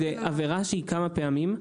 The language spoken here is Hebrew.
עבירה שקורית כמה פעמים,